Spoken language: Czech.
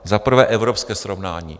Za prvé evropské srovnání.